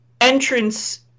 entrance